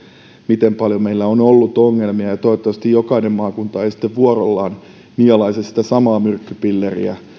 miten paljon meillä on ollut ongelmia toivottavasti jokainen maakunta ei sitten vuorollaan nielaise sitä samaa myrkkypilleriä